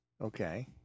Okay